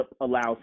allows